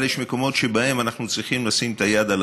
אבל יש מקומות שבהם אנחנו צריכים לשים את היד על